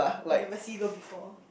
you've never see girl before